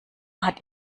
hat